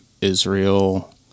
Israel